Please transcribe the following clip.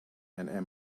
and